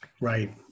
Right